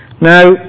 Now